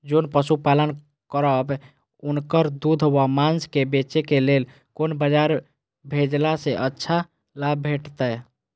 जोन पशु पालन करब उनकर दूध व माँस के बेचे के लेल कोन बाजार भेजला सँ अच्छा लाभ भेटैत?